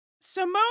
Simone